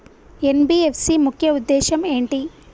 NBFC ముఖ్య ఉద్దేశం ఏంటి?